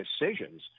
decisions